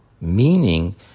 Meaning